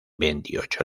veintiocho